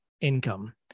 income